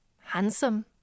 Handsome